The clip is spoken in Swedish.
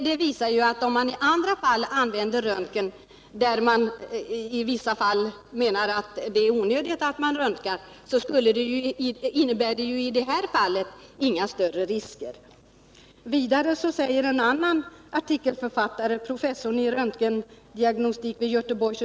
Det visar att om man i andra fall, där det t.o.m. är onödigt, använder röntgen, så kan det i det här fallet inte innebära några större risker att röntga.